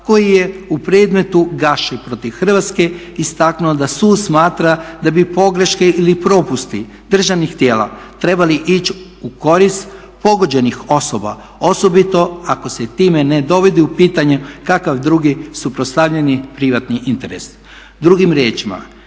koji je u predmetu Gaši protiv Hrvatske istaknuo da sud smatra da bi pogreške ili propusti državnih tijela trebali ići u korist pogođenih osoba osobito ako se time ne dovodi u pitanje kakav drugi suprotstavljeni privatni interes. Drugim riječima